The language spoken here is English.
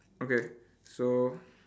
okay so